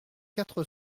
quatre